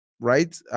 Right